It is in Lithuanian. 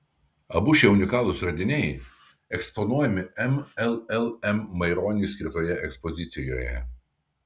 abu šie unikalūs radiniai eksponuojami mllm maironiui skirtoje ekspozicijoje